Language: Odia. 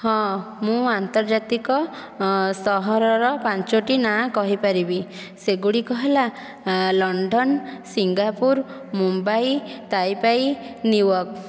ହଁ ମୁଁ ଆନ୍ତର୍ଜାତିକ ସହରର ପାଞ୍ଚୋଟି ନାଁ କହିପାରିବି ସେଗୁଡ଼ିକ ହେଲା London Singapore Mumbai Taipei New York